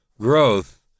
growth